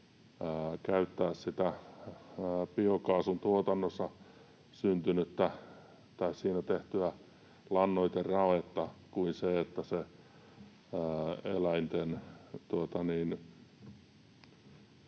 käyttää sitä biokaasun tuotannossa syntynyttä tai siinä tehtyä lannoiteraetta kuin että se eläinten